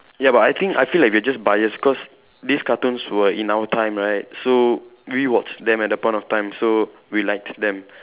ya but I think I feel like we are just bias cause these cartoons were in our time right so we watch them at the point of time so we like them